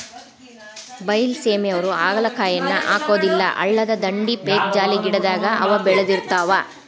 ಬೈಲಸೇಮಿಯವ್ರು ಹಾಗಲಕಾಯಿಯನ್ನಾ ಹಾಕುದಿಲ್ಲಾ ಹಳ್ಳದ ದಂಡಿ, ಪೇಕ್ಜಾಲಿ ಗಿಡದಾಗ ಅವ ಬೇಳದಿರ್ತಾವ